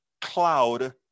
cloud